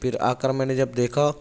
پھر آ کر میں نے جب دیکھا